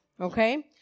okay